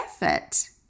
effort